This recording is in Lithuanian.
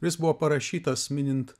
jis buvo parašytas minint